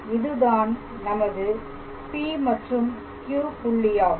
இதுதான் நமது P மற்றும் Q புள்ளியாகும்